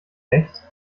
echt